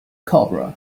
cobra